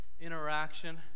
interaction